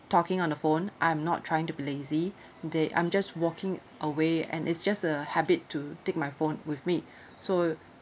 talking on the phone I'm not trying to be lazy there I'm just walking away and it's just a habit to take my phone with me so